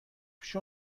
پیش